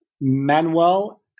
Manuel